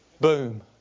Boom